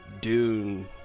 Dune